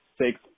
six